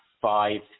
five